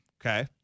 okay